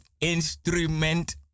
instrument